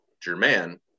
German